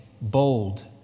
bold